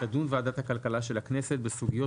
תדון ועדת הכלכלה של הכנסת בסוגיות